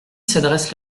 s’adresse